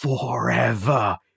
forever